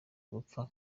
gupfa